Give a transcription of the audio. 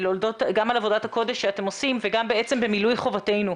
גם על עבודת הקודש שאתם עושים וגם בעצם במילוי חובותינו,